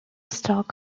stock